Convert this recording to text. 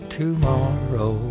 tomorrow